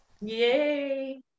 Yay